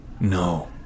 No